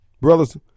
brothers